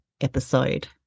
episode